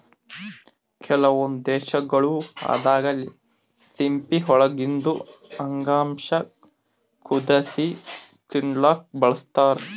ಕೆಲವೊಂದ್ ದೇಶಗೊಳ್ ದಾಗಾ ಸಿಂಪಿ ಒಳಗಿಂದ್ ಅಂಗಾಂಶ ಕುದಸಿ ತಿಲ್ಲಾಕ್ನು ಬಳಸ್ತಾರ್